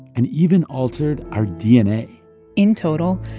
and even altered our dna in total,